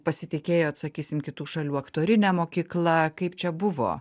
pasitikėjot sakysim kitų šalių aktorine mokykla kaip čia buvo